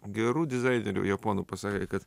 gerų dizainerių japonų pasakė kad